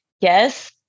Yes